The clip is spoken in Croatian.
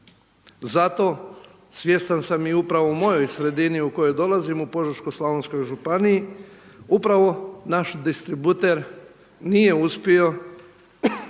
Zato svjestan sam i upravo u moj sredini u kojoj dolazim u Požeško-slavonskoj županiji upravo naš distributer nije uspio